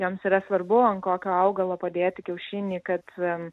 joms yra svarbu ant kokio augalo padėti kiaušinį kad